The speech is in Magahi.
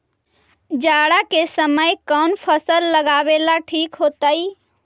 जाड़ा के समय कौन फसल लगावेला ठिक होतइ?